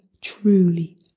truly